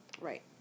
Right